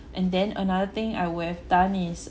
and then another thing I would have done is